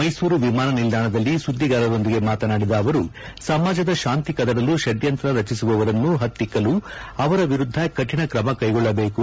ಮೈಸೂರು ವಿಮಾನ ನಿಲ್ದಾಣದಲ್ಲಿ ಸುದ್ದಿಗಾರರೊಂದಿಗೆ ಮಾತನಾಡಿದ ಅವರು ಸಮಾಜದ ಶಾಂತಿ ಕದಡಲು ಪಡ್ಡಂತ್ರ ರಚಿಸುವವರನ್ನು ಪತ್ತಿಕ್ಕಲು ಅವರ ವಿರುದ್ದ ಕಠಿಣ ಕ್ರಮ ಕೈಗೊಳ್ಳಬೇಕು